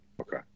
Okay